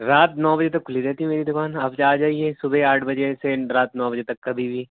رات نو بجے تک کھلی رہتی ہے میری دکان آپ آ جائیے صبح آٹھ بجے سے رات نو بجے تک کبھی بھی